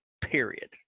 period